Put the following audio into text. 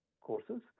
courses